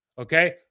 Okay